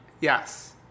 Yes